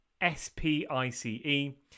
S-P-I-C-E